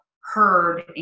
heard